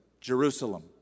Jerusalem